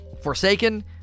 Forsaken